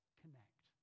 connect